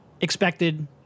expected